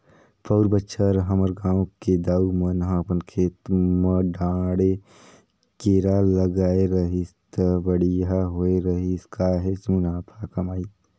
पउर बच्छर हमर गांव के दाऊ मन ह अपन खेत म डांड़े केरा लगाय रहिस त बड़िहा होय रहिस काहेच मुनाफा कमाइस